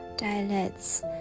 dialects